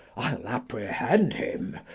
i'll apprehend him.